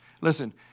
Listen